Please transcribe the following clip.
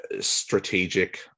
strategic